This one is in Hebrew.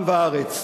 עם וארץ.